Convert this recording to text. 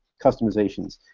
customizations,